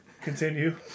continue